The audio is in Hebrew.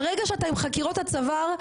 ברגע שאתה עם חקירות עד צוואר,